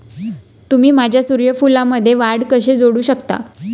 तुम्ही माझ्या सूर्यफूलमध्ये वाढ कसे जोडू शकता?